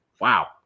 wow